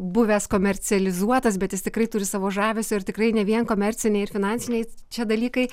buvęs komercializuotas bet jis tikrai turi savo žavesio ir tikrai ne vien komerciniai ir finansiniai čia dalykai